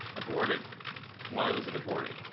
aborted why was it aborted